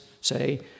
say